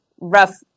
rough